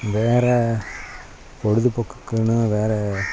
வேறு பொழுது போக்குக்குனா வேறு